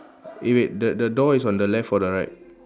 eh wait the the door is on the left or the right